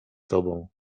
tobą